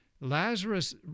Lazarus